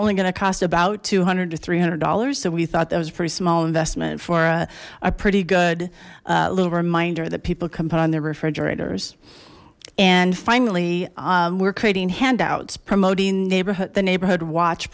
only gonna cost about two hundred to three hundred dollars so we thought that was a pretty small investment for a a pretty good little reminder that people can put on their refrigerators and finally we're creating handouts promoting neighborhood the neighborhood watch